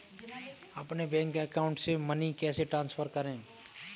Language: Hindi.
अपने बैंक अकाउंट से मनी कैसे ट्रांसफर करें?